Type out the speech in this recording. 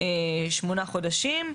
8 חודשים,